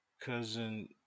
cousin